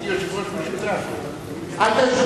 הייתי יושב-ראש משותף של,